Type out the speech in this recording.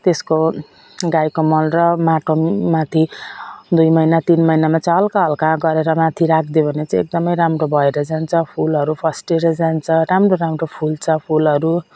त्यसको गाईको मल र माटो माथि दुई महिना तिन महिनामा चाहिँ हल्का हल्का गरेर माथि राखिदियो भने चाहिँ एकदमै राम्रो भएर जान्छ फुलहरू फस्टिएर जान्छ राम्रो राम्रो फुल्छ फुलहरू